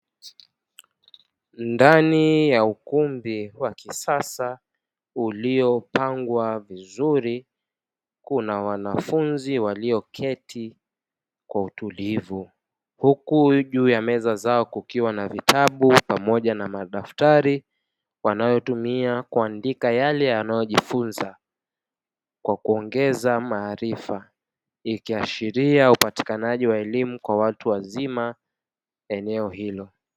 Ndani ya ukumbi wa kisasa uliopangwa vizuri kuna wanafunzi walioketi kwa utulivu, huku juu ya meza zao kukiwa na vitabu pamoja na madaftari wanayotumia kuandika yale wanayojifunza kwa kuongeza maarifa ikiashiria upatikanaji wa elimu kwa watu wazima eneo hilo.